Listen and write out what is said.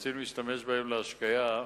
שרוצים להשתמש בהם להשקיה,